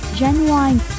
genuine